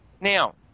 Now